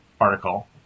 article